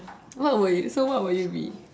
what will you so what will you be